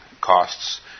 costs